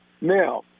Now